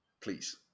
please